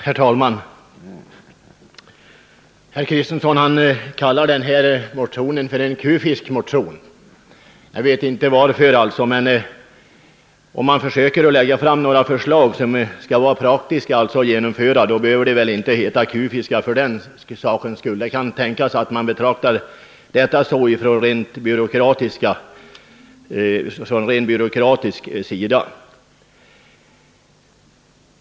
Herr talman! Herr Kristenson kallar den här motionen för en kufisk motion. Jag vet inte varför. Men om man försöker lägga fram förslag som är praktiska att genomföra, så behöver de väl inte kallas kufiska för det? Det kan tänkas att man betraktar detta som kufiskt från byråkratisk sida.